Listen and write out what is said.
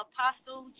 Apostle